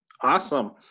Awesome